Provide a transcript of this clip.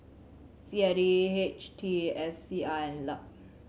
C I D H T S C I and LUP